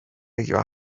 your